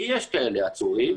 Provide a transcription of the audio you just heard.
ויש כאלה עצורים,